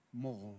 more